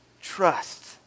trust